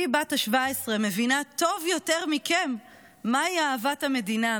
בתי בת ה-17 מבינה טוב יותר מכם מהי אהבת המדינה,